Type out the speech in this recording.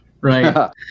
right